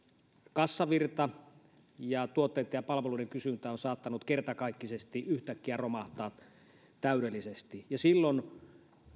kassavirta ja tuotteitten ja palveluiden kysyntä on saattanut kertakaikkisesti yhtäkkiä romahtaa täydellisesti silloin